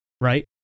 right